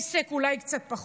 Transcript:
עסק, אולי קצת פחות.